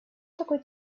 такой